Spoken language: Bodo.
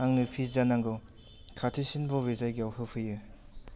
आंनो पिज्जा नांगौ खाथिसिन बबे जायगायाव होफैयो